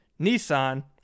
Nissan